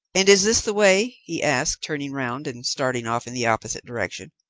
and is this the way? he asked, turning round and starting off in the opposite direction.